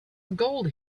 gold